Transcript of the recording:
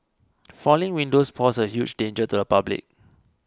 falling windows pose a huge danger to the public